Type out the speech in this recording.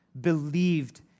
believed